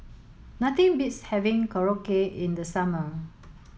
nothing beats having Korokke in the summer